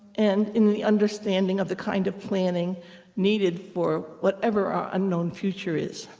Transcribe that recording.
and in the understanding of the kind of planning needed for whatever our unknown future is.